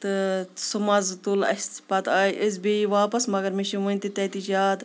تہٕ سُہ مَزٕ تُل اَسہِ پَتہٕ آے أسۍ بیٚیہِ واپَس مگر مےٚ چھِ ؤنۍ تہِ تَتِچ یاد